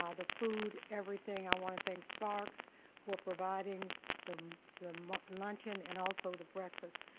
ah the food, everything. i want to thank spark's for providing the the luncheon and also the breakfast.